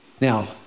Now